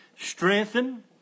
strengthen